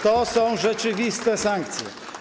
To są rzeczywiste sankcje.